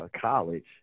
college